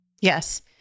Yes